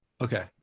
Okay